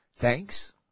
Thanks